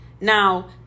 Now